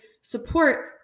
support